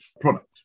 product